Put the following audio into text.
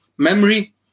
Memory